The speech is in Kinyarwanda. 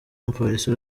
umupolisi